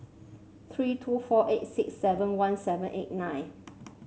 three two four eight six seven one seven eight nine